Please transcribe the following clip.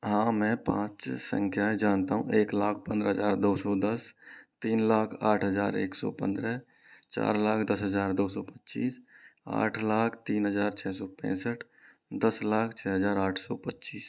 हाँ मैं पाँच संख्याएँ जनता हूँ एक लाख पन्द्रह हज़ार दो सौ दस तीन लाख आठ हज़ार एक सौ पन्द्रह चार लाख दस हज़ार दो सौ पच्चीस आठ लाख तीन हज़ार छः सौ पैंसठ दस लाख छः हज़ार आठ सौ पच्चीस